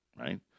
right